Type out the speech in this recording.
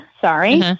sorry